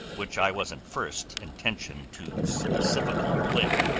which i wasn't first intentioned to specifical relate.